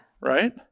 Right